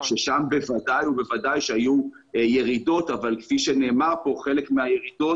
כאשר שם בוודאי ובוודאי שהיו ירידות אבל כפי שנאמר כאן חלק מהירידות